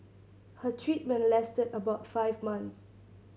her treatment lasted about five months